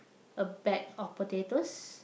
a bag of potatoes